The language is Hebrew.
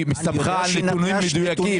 היא הסתמכה על נתונים מדויקים.